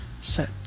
set